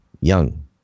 Young